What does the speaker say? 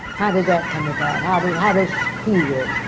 how did that come about? how did. how does he work?